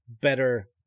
better